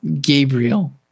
Gabriel